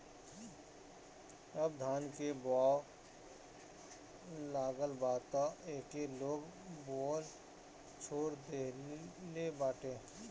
अब धान बोआए लागल बा तअ एके लोग बोअल छोड़ देहले बाटे